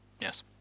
yes